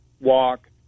walk